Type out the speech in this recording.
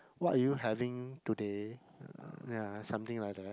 what are you having today uh ya something like that